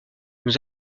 nous